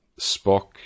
Spock